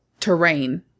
terrain